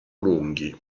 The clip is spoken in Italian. lunghi